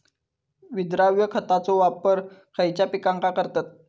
विद्राव्य खताचो वापर खयच्या पिकांका करतत?